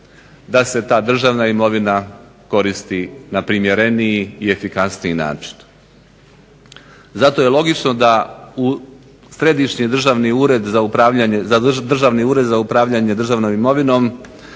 da se ta državna imovina koristi na primjereniji i efikasniji način. Zato je logično da u središnji Državni ured za upravljanje državnom imovinom